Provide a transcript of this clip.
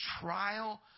trial